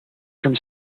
from